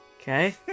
Okay